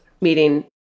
meeting